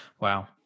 wow